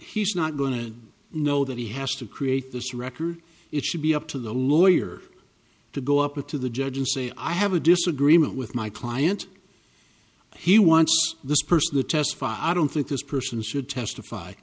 defendant he's not going to know that he has to create this record it should be up to the lawyer to go up to the judge and say i have a disagreement with my client he wants this person to testify i don't think this person should testify